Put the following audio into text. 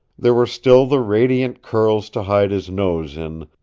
there were still the radiant curls to hide his nose in,